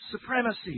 Supremacy